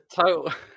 Total